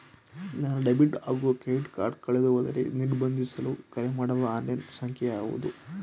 ನನ್ನ ಡೆಬಿಟ್ ಹಾಗೂ credit card ಕಳೆದುಹೋದರೆ ನಿರ್ಬಂಧಿಸಲು ಕರೆಮಾಡುವ ಆನ್ಲೈನ್ ಸಂಖ್ಯೆಯಾವುದು?